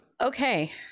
okay